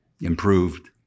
improved